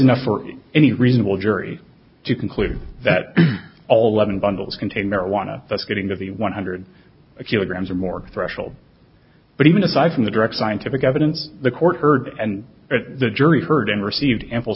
enough for any reasonable jury to conclude that all eleven bundles contain marijuana that's getting to be one hundred kilograms or more threshold but even aside from the direct scientific evidence the court heard and the jury heard and received ample